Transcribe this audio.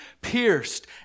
pierced